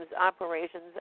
operations